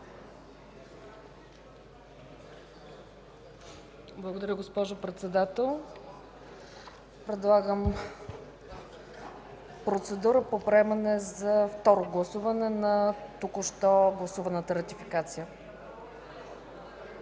Благодаря, госпожо Председател. Предлагам процедура по приемане за второ гласуване на току-що гласуваната Ратификация.